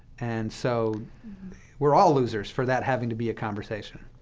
and so we're all losers for that having to be a conversation,